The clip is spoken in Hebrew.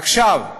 עכשיו,